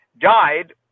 died